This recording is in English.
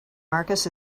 marcus